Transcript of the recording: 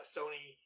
Sony